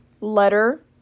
letter